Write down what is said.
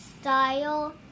style